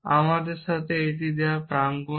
এটি আমাদের দেওয়া প্রাঙ্গন